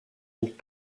een